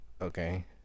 Okay